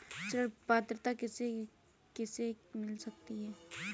ऋण पात्रता किसे किसे मिल सकती है?